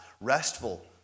restful